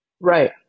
Right